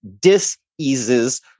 dis-eases